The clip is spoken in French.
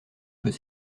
peut